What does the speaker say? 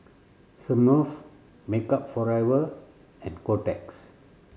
Smirnoff Makeup Forever and Kotex